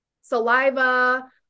saliva